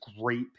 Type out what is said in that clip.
great